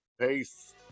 Peace